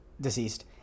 deceased